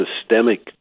systemic